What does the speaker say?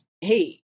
hey